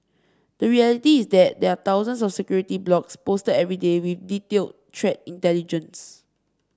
the reality is that there are thousands of security blogs posted every day with detailed threat intelligence